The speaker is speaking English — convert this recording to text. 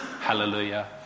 hallelujah